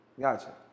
Gotcha